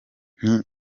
nti